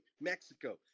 mexico